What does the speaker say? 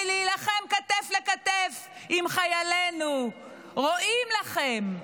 ולהילחם כתף אל כתף עם חיילינו רואים לכם.